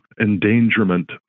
endangerment